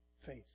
faith